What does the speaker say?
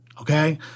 okay